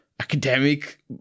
Academic